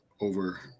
over